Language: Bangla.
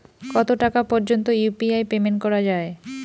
কত টাকা পর্যন্ত ইউ.পি.আই পেমেন্ট করা যায়?